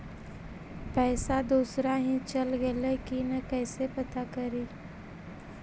पैसा दुसरा ही चल गेलै की न कैसे पता करि?